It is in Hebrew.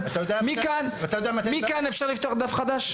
מכאן אפשר לפתוח דף חדש?